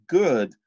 good